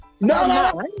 No